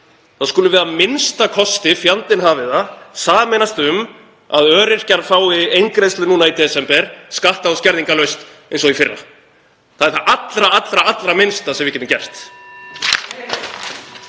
þá skulum við a.m.k., fjandinn hafi það, sameinast um að öryrkjar fái eingreiðslu nú í desember skatta- og skerðingarlaust eins og í fyrra. Það er það allra, allra minnsta sem við getum gert.